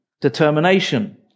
determination